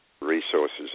resources